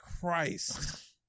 Christ